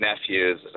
nephews